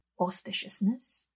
auspiciousness